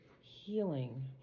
healing